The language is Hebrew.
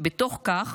בתוך כך